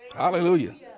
Hallelujah